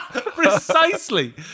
Precisely